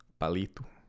palito